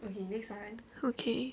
okay